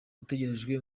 utegerejwe